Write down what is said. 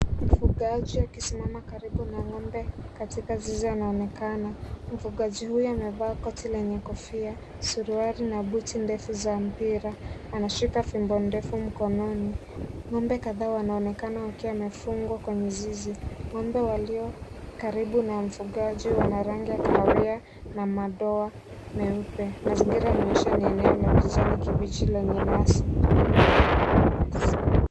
Mfugaji akisimama karibu na ng'ombe katika zizi anaonekana. Mfugaji huyu amevaa koti lenye kofia, suruali na buti ndefu za mpira. Anashika fimbo ndefu mkononi. Ng'ombe kadhaa wanaonekana wakiwa wamefungwa kwenye zizi. Ng'ombe walio karibu na mfugaji wana rangi ya kahawia na madoa meupe. Mazingira yanaonyesha ni eneo la kijani kibichi lenye nyasi.